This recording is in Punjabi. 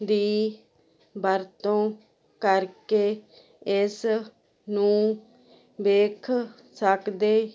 ਦੀ ਵਰਤੋਂ ਕਰਕੇ ਇਸ ਨੂੰ ਵੇਖ ਸਕਦੇ